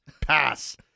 pass